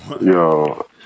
yo